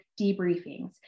debriefings